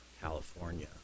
California